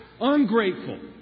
Ungrateful